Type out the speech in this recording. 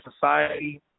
Society